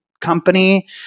company